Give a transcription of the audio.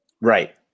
Right